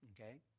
okay